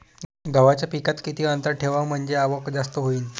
गव्हाच्या पिकात किती अंतर ठेवाव म्हनजे आवक जास्त होईन?